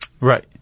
Right